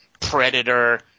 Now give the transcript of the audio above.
Predator